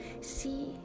See